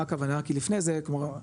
מה הכוונה כי לפני זה כלומר,